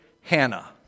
Hannah